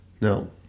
no